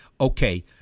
Okay